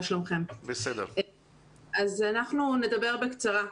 אנחנו נדבר בקצרה.